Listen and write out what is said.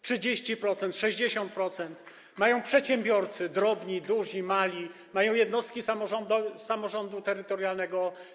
30%, 60% mają przedsiębiorcy drobni, duzi, mali, mają jednostki samorządu terytorialnego.